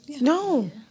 No